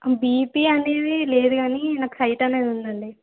BP అని లేదు గానీ నాకు సైట్ అనేది ఉందండి